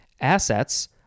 Assets